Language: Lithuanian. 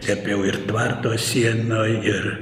slėpiau ir tvarto sienoj ir